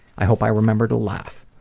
i hope i remember to laugh.